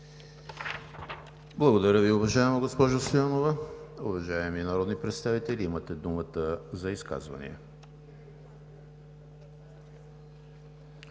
Благодаря Ви, уважаема госпожо Стоянова. Уважаеми народни представители, имате думата за изказвания.